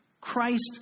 Christ